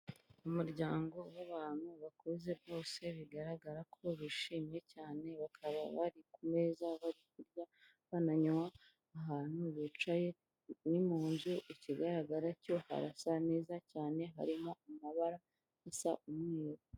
Umuryango w'abantu bakuze bose, bigaragara ko bishimye cyane, bakaba bari ku meza bari kurya bananywa, ahantu bicaye ni mu nzu, ikigaragara cyo harasa neza cyane, harimo amabara asa umweru.